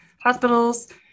hospitals